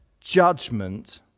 judgment